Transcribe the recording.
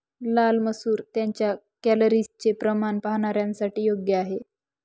लाल मसूर त्यांच्या कॅलरीजचे प्रमाण पाहणाऱ्यांसाठी योग्य आहे